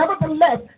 Nevertheless